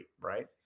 Right